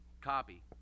copy